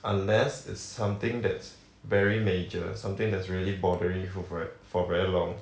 unless it's something that's very major something that's really bothering you for for very long